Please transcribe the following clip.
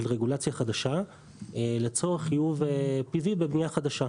רגולציה חדשה לצורך חיוב פוטו-וולטאי בבנייה חדשה.